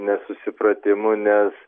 nesusipratimų nes